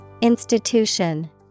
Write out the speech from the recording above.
Institution